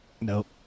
Nope